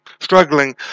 struggling